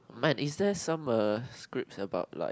but is there some uh scripts about like